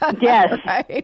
Yes